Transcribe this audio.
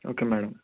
okay madam